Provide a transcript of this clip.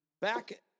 Back